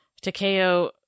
Takeo